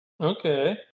Okay